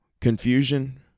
confusion